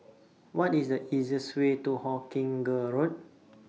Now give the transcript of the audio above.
What IS The easiest Way to Hawkinge Road